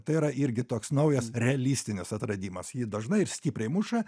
tai yra irgi toks naujas realistinis atradimas jį dažnai ir stipriai muša